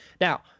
Now